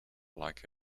like